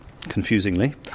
confusingly